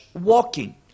walking